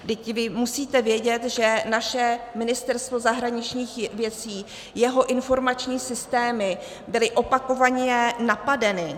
Vždyť vy musíte vědět, že naše Ministerstvo zahraničních věcí, jeho informační systémy byly opakovaně napadeny.